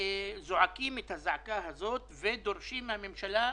שזועקים את הזעקה הזאת ודורשים מן הממשלה,